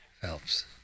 Phelps